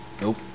Nope